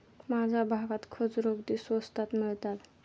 माझ्या भागात खजूर अगदी स्वस्तात मिळतात